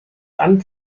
amt